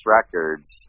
Records